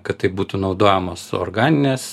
kad tai būtų naudojamos organinės